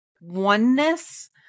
oneness